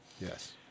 Yes